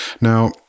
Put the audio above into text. Now